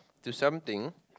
to something